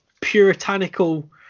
puritanical